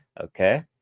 Okay